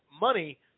money